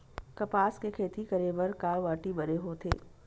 कपास के खेती करे बर का माटी बने होथे?